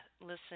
listen